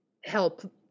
help